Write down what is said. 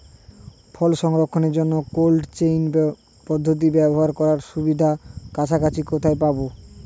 ফল সংরক্ষণের জন্য cold chain পদ্ধতি ব্যবহার করার সুবিধা কাছাকাছি কোথায় পাবো?